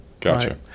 Gotcha